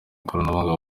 ikoranabuhanga